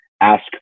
ask